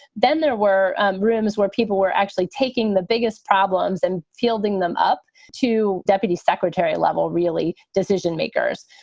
then there were rooms where people were actually taking the biggest problems and fielding them up to deputy secretary level, really decision makers.